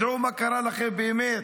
דעו מה קרה לכם באמת.